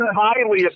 highly